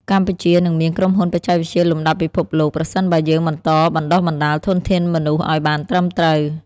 កម្ពុជានឹងមានក្រុមហ៊ុនបច្ចេកវិទ្យាលំដាប់ពិភពលោក ប្រសិនបើយើងបន្តបណ្ដុះបណ្ដាលធនធានមនុស្សឱ្យបានត្រឹមត្រូវ។